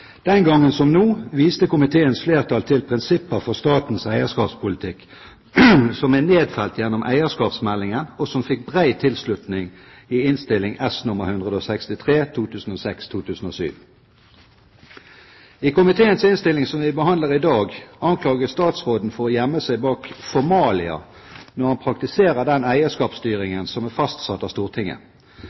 Den gang som nå viste komiteens flertall til prinsipper for statens eierskapspolitikk, som er nedfelt gjennom eierskapsmeldingen, og som fikk bred tilslutning i Innst. S. nr. 163 for 2006–2007. I komiteens innstilling, som vi behandler i dag, anklages statsråden for å gjemme seg bak formalia når han praktiserer den eierskapsstyringen som er fastsatt av Stortinget.